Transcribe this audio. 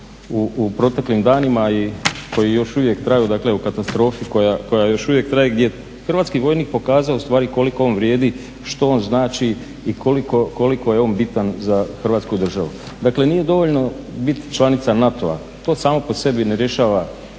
u proteklim danima koji još uvijek traju, dakle u katastrofi koja još uvijek traje gdje je hrvatski vojnik pokazao ustvari koliko on vrijedi, što on znači i koliko je on bitan za Hrvatsku državu. Dakle nije dovoljno biti članica NATO-a, to samo po sebi ne rješava